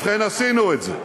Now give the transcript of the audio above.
ובכן, עשינו את זה.